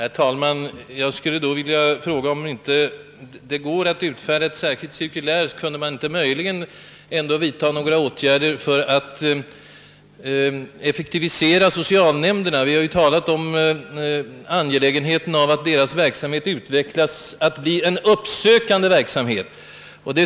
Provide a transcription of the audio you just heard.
Herr talman! Jag skulle då vilja fråga om det inte, när det inte tycks gå att nu utfärda ett särskilt cirkulär, vore möjligt att vidta mera allmänna Ååtgärder genom departementet för att effektivisera socialnämnderna? Vi har ju länge i andra sammanhang talat om angelägenheten av att deras verksamhet utvecklas till att bli en mera uppsökande verksamhet.